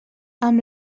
amb